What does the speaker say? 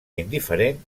indiferent